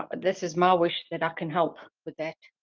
um but this is my wish, that i can help with that.